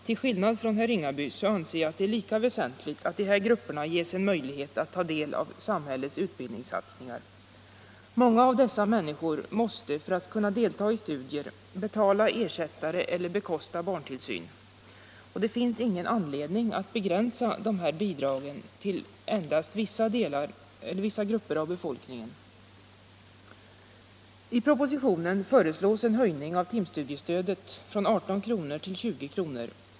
Till skillnad från herr Ringaby anser jag att det är lika väsentligt att de grupperna ges möjlighet att ta del av samhällets utbildningssatsningar. Många av dessa människor måste, för att kunna delta i studier, betala ersättare eller bekosta barntillsyn. Det finns ingen anledning att begränsa bidragen till endast vissa grupper av befolkningen. I propositionen föreslås en höjning av timstudiestödet från 18 kr. till 20 kr.